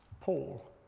Paul